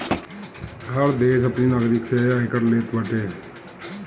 हर देस अपनी नागरिक से आयकर लेत बाटे